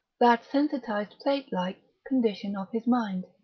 that sensitised-plate-like condition of his mind.